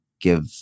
give